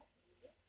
okay